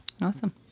Awesome